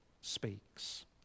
speaks